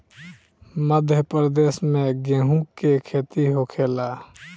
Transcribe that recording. मध्यप्रदेश में गेहू के खेती होखेला